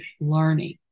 learning